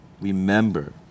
remember